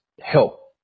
help